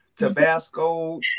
Tabasco